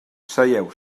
seieu